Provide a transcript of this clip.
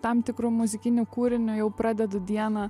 tam tikru muzikiniu kūriniu jau pradedu dieną